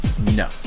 No